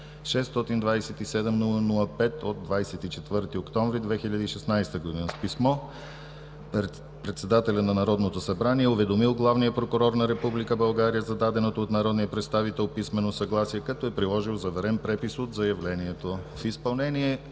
24 октомври 2016 г. С писмо председателят на Народното събрание е уведомил главният прокурор на Република България за даденото от народния представител писмено съгласие като е приложил заверен препис от заявлението. В изпълнение